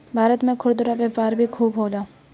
भारत में खुदरा व्यापार भी खूबे होला